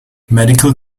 medical